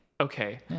Okay